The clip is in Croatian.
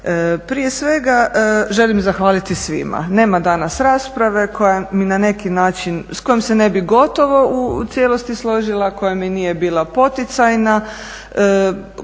Prije svega želim zahvaliti svima nema danas rasprave koja mi na neki način, s kojom se ne bi gotovo u cijelosti složila, koja mi nije bila poticajna,